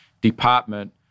department